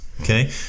Okay